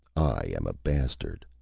i am a bastard,